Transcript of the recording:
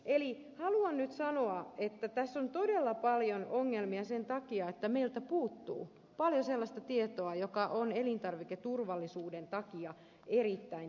eli haluan nyt sanoa että tässä on todella paljon ongelmia sen takia että meiltä puuttuu paljon sellaista tietoa joka on elintarviketurvallisuuden takia erittäin tärkeää